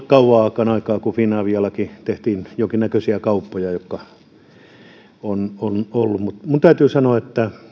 kauankaan aikaa kun finaviallakin tehtiin jonkinnäköisiä kauppoja jotka ovat olleet esillä mutta minun täytyy sanoa että